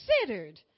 considered